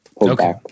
Okay